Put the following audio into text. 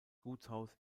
gutshaus